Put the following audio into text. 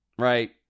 Right